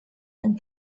and